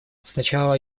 сначала